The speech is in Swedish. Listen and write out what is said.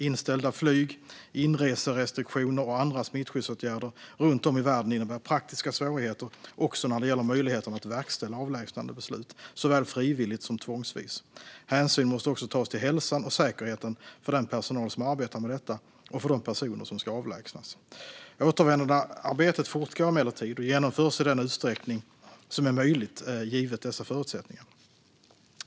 Inställda flyg, inreserestriktioner och andra smittskyddsåtgärder runt om i världen innebär praktiska svårigheter också när det gäller möjligheterna att verkställa avlägsnandebeslut, såväl frivilligt som tvångsvis. Hänsyn måste också tas till hälsan och säkerheten för den personal som arbetar med detta och för de personer som ska avlägsnas. Återvändandearbetet fortgår emellertid och genomförs i den utsträckning som är möjlig givet dessa förutsättningar.